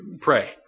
pray